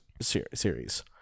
series